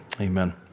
Amen